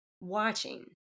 watching